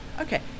Okay